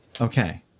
Okay